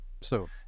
So-